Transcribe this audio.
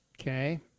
Okay